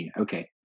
Okay